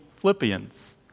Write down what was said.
Philippians